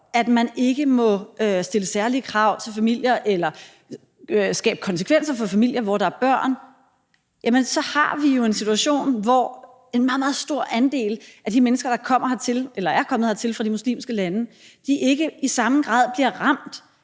at man ikke må stille særlige krav til familier eller skabe konsekvenser for familier, hvor der er børn, jamen så har vi en situation, hvor en meget, meget stor andel af de mennesker, der er kommet her til fra de muslimske lande, ikke i samme grad bliver ramt